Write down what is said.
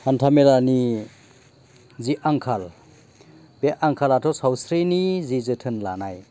हान्था मेलानि जे आंखाल बे आंखालाथ' सावस्रिनि जे जोथोन लानाय